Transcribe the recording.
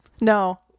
No